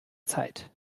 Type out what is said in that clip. zeit